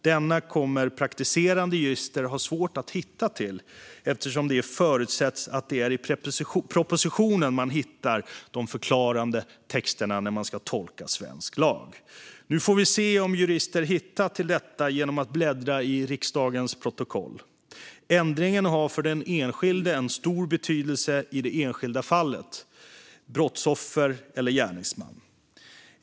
Denna kommer praktiserande jurister att ha svårt att hitta till eftersom det förutsätts att det är i propositionen man hittar de förklarande texterna när de ska tolka svensk lag. Nu får vi se om jurister hittar till detta genom att bläddra i riksdagens protokoll. Ändringen har för den enskilde en stor betydelse i det enskilda fallet, både för brottsoffer och för gärningsmän.